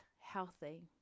healthy